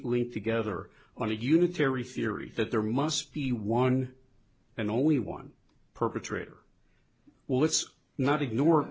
linked together on a unitary theory that there must be one and only one perpetrator well let's not ignore